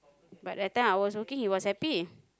but that time I was working he was happy